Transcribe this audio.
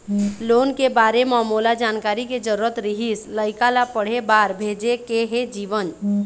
loan के बारे म मोला जानकारी के जरूरत रीहिस, लइका ला पढ़े बार भेजे के हे जीवन